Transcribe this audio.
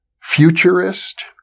futurist